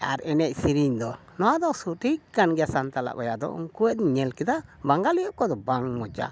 ᱟᱨ ᱮᱱᱮᱡ ᱥᱮᱨᱮᱧ ᱫᱚ ᱱᱚᱣᱟ ᱫᱚ ᱥᱚᱴᱷᱤᱠ ᱠᱟᱱ ᱜᱮᱭᱟ ᱥᱟᱱᱛᱟᱞᱟᱜ ᱵᱚᱭᱦᱟ ᱫᱚ ᱩᱱᱠᱩᱣᱟᱜ ᱫᱚᱧ ᱧᱮᱞ ᱠᱮᱫᱟ ᱵᱟᱝᱜᱟᱞᱤ ᱠᱚᱫᱚ ᱵᱟᱝ ᱢᱚᱡᱟ